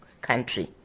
country